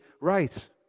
right